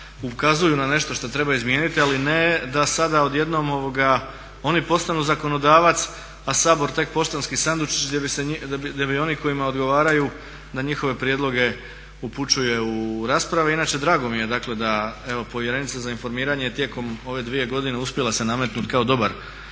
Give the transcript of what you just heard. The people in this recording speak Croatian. ukazuju na nešto što treba izmijeniti ali ne da sada odjednom oni postanu zakonodavac a Sabor tek poštanski sandučić gdje bi oni kojima odgovaraju da njihove prijedloge upućuje u rasprave. Inače, drago mi je dakle da evo povjerenica za informiranje je tijekom ove dvije godine uspjela se nametnuti kao dobar korektiv